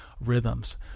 rhythms